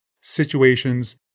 situations